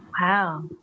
wow